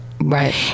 Right